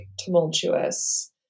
tumultuous